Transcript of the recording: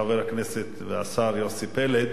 חבר הכנסת והשר יוסי פלד.